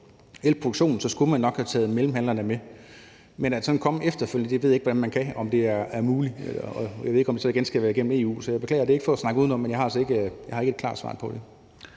profit på elproduktion; så skulle man nok have taget mellemhandlerne med. Men sådan at komme med det efterfølgende ved jeg ikke om man kan, altså om det er muligt. Jeg ved ikke, om det så igen skal være igennem EU. Så jeg beklager, og det er ikke for at snakke udenom, men jeg har altså ikke et klart svar på det.